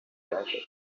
desert